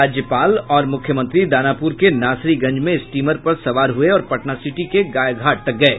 राज्यपाल और मुख्यमंत्री दानापुर के नासरीगंज में स्टीमर पर सवार हुये और पटना सिटी के गाय घाट तक गये